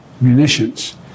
munitions